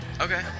Okay